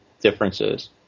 differences